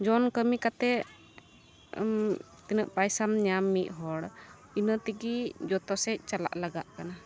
zone ᱠᱟᱹᱢᱤ ᱠᱟᱛᱮ ᱛᱤᱱᱟᱹᱜ ᱯᱟᱭᱥᱟᱢ ᱧᱟᱢ ᱢᱤᱫᱦᱚᱲ ᱤᱱᱟᱹᱛᱤᱜᱤ ᱡᱚᱛᱚ ᱥᱮᱫ ᱪᱟᱞᱟᱜ ᱞᱟᱜᱟᱜ ᱠᱟᱱᱟ